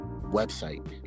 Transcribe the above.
website